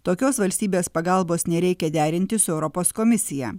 tokios valstybės pagalbos nereikia derinti su europos komisija